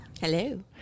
Hello